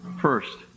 first